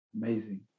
Amazing